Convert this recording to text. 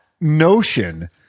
notion